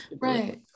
Right